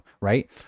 right